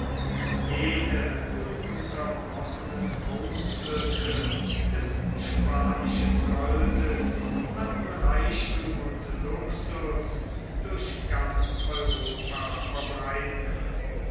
jene ununterbrochenen ausflüsse des spanischen goldes hatten reichthum und luxus durch ganz europa verbreitet